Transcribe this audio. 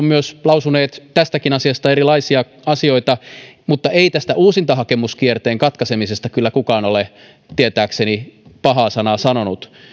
myös lausuneet tästäkin asiasta erilaisia asioita mutta ei tästä uusintahakemuskierteen katkaisemisesta kyllä kukaan ole tietääkseni pahaa sanaa sanonut